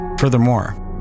Furthermore